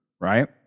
right